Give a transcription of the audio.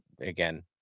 again